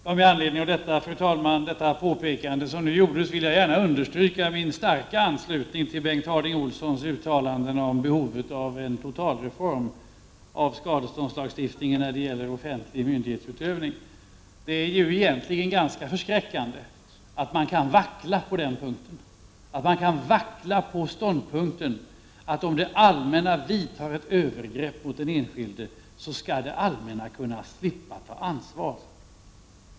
Fru talman! Efter detta påpekande vill jag understryka min starka anslutning till Bengt Harding Olsons uttalande om behovet av en totalreformering av skadeståndslagstiftningen när det gäller offentlig myndighetsutövning. Det är egentligen ganska skrämmande att man kan vackla då det allmänna har gjort ett övergrepp mot den enskilde, att man kan tycka att det allmänna skall kunna slippa ta sitt ansvar.